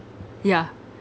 yeah